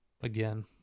again